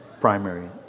primary